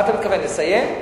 מה אתה מתכוון, לסיים?